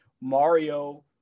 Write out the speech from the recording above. Mario